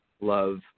love